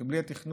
כי בלי התכנון